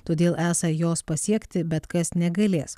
todėl esą jos pasiekti bet kas negalės